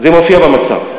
אבל זה מופיע במצע.